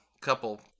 couple